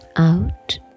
out